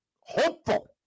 hopeful